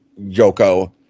Yoko